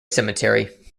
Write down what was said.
cemetery